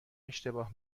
اشتباه